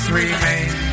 remain